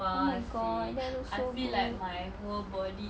spa seh I feel like my whole body